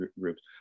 groups